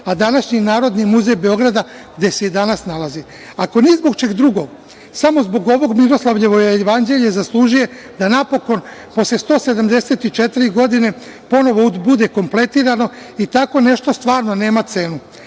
a današnji Narodni muzej Beograd, gde se i danas nalazi. Ako ni zbog čega drugog samo zbog ovog Miroslavljevog jevanđelja zaslužuje da napokon posle 174 godine ponovo bude kompletirano jer tako nešto nema cenu.